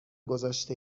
گذاشته